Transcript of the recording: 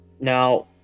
Now